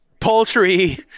Poultry